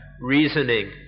reasoning